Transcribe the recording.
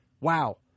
Wow